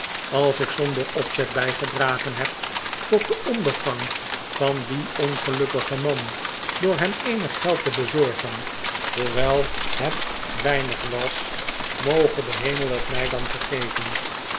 als ik zonder ppzet bijgedragen heb tot den ondergang van dien pngelukkigen man door hem eenig geld te bezorgen hoewel het weinig was moge de hemel het mij vergeven